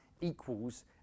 equals